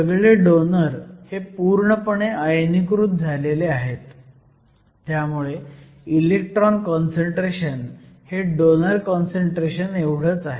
सगळे डोनर हे पूर्णपणे आयनीकृत झाले आहेत त्यामुळे इलेक्ट्रॉन काँसंट्रेशन हे डोनर काँसंट्रेशन एवढंच आहे